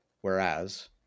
Whereas